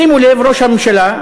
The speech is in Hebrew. שימו לב, ראש הממשלה,